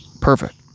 Perfect